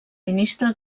ministre